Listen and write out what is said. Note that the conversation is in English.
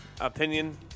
opinion